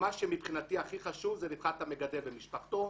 מה שמבחינתי הכי חשוב זה רווחת המגדל ומשפחתו,